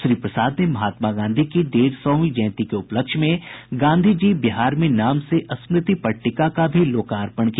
श्री प्रसाद ने महात्मा गांधी की डेढ़ सौवीं जयंती के उपलक्ष्य में यहां गांधी जी बिहार में नाम से स्मृति पट्टिका का लोकापर्ण किया